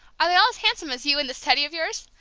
are they all as handsome as you and this teddy of yours?